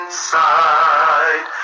Inside